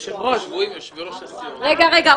יושבים יושבי-ראש הסיעות --- רגע רגע,